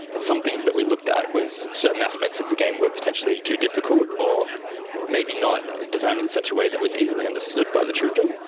some things that we looked at was certain aspects of the game were potentially too difficult, or maybe not designed in such a way that was easily understood by the children.